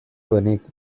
duenik